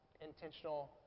intentional